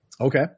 Okay